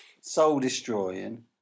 soul-destroying